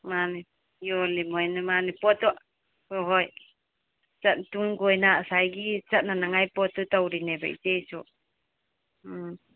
ꯃꯥꯟꯅꯤ ꯌꯣꯜꯂꯤ ꯃꯈꯣꯏꯅ ꯃꯥꯟꯅꯤ ꯄꯣꯠꯇꯣ ꯍꯣꯏ ꯍꯣꯏ ꯇꯨꯡ ꯀꯣꯏꯅ ꯉꯁꯥꯏꯒꯤ ꯆꯠꯅꯅꯉꯥꯏ ꯄꯣꯠꯇꯣ ꯇꯧꯔꯤꯅꯦꯕ ꯏꯆꯦꯁꯨ ꯎꯝ